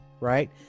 right